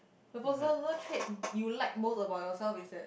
the personal trait you like most about yourself is that